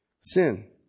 Sin